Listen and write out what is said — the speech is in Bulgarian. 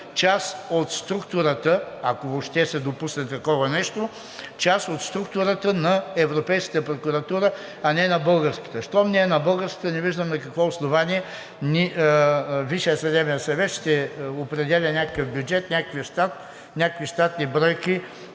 част от структурата, ако въобще се допусне такова нещо, част от структурата на Европейската прокуратура, а не на българската. Щом не е на българската, не виждам на какво основание Висшият съдебен съвет ще определя някакъв бюджет, някакви щатни бройки